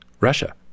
Russia